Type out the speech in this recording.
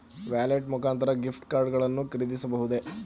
Wallet ಮುಖಾಂತರ gift card ಗಳನ್ನು ಖರೀದಿಸಬಹುದೇ?